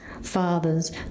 Fathers